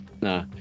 No